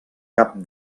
cap